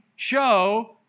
show